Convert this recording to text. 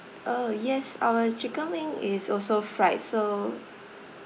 oh yes our chicken wing is also fried so